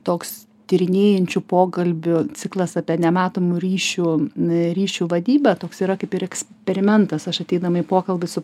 toks tyrinėjančių pokalbių ciklas apie nematomų ryšių ryšiu vadybą toks yra kaip ir eksperimentas aš ateindama į pokalbį su